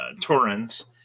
Torrens